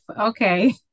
Okay